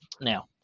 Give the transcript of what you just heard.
Now